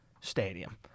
stadium